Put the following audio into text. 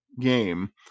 game